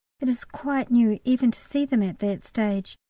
it is quite new even to see them at that stage,